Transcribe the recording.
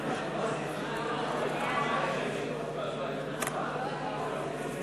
בצעדים לייצוב המצב הפיסקלי